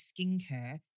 skincare